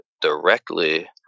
directly